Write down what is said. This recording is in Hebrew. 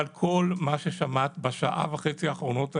אבל כל מה ששמעת בשעה וחצי האחרונות האלה,